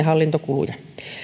hallintokuluja